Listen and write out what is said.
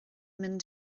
mynd